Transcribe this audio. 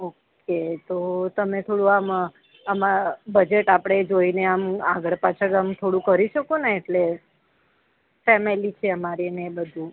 okay તો તો તમે થોડું આમ આમાં બજેટ આપણે જોઈને આમ આગળ પાછળ આમ થોડું કરી શકો ને એટલે ફેમિલી છે અમારી ને એ બધુ